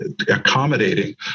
accommodating